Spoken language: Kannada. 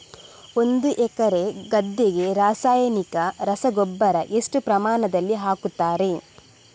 ಒಂದು ಎಕರೆ ಗದ್ದೆಗೆ ರಾಸಾಯನಿಕ ರಸಗೊಬ್ಬರ ಎಷ್ಟು ಪ್ರಮಾಣದಲ್ಲಿ ಹಾಕುತ್ತಾರೆ?